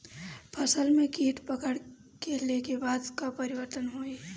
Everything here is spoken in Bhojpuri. फसल में कीट पकड़ ले के बाद का परिवर्तन होई?